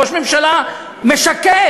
ראש ממשלה משקר.